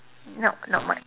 nope not much